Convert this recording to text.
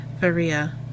Faria